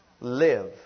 live